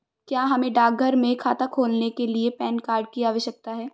क्या हमें डाकघर में खाता खोलने के लिए पैन कार्ड की आवश्यकता है?